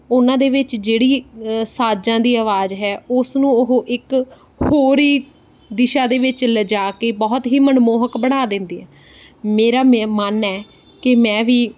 ਉਹਨਾਂ ਦੇ ਵਿੱਚ ਜਿਹੜੀ ਸਾਜਾਂ ਦੀ ਆਵਾਜ਼ ਹੈ ਉਸ ਨੂੰ ਉਹ ਇੱਕ ਹੋਰ ਹੀ ਦਿਸ਼ਾ ਦੇ ਵਿੱਚ ਲਿਜਾ ਕੇ ਬਹੁਤ ਹੀ ਮਨਮੋਹਕ ਬਣਾ ਦਿੰਦੀ ਹੈ ਮੇਰਾ ਇਹ ਮੰਨਣਾ ਕਿ ਮੈਂ ਵੀ